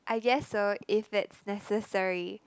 I guess so if it's necessary